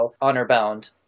honor-bound